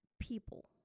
people